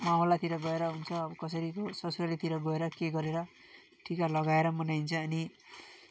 मावलातिर गएर हुन्छ अब कसरीको ससुरालीतिर गएर के गरेर टिका लगाएर मनाइन्छ अनि